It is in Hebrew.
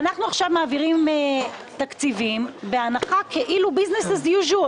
אנחנו מעבירים עכשיו תקציבים בהנחה שכאילו העסקים כרגיל.